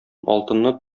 алтынны